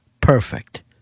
perfect